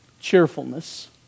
Cheerfulness